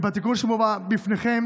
בתיקון שמובא בפניכם,